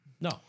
no